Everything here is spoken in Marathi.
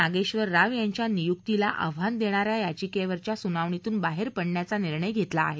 नागेक्षर राव यांच्या नियुक्तीला आव्हांन देणा या याचिकेवरच्या सुनावणीतुन बाहेर पडण्याचा निर्णय घेतला आहे